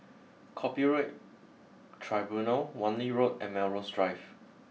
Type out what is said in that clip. Copyright Tribunal Wan Lee Road and Melrose Drive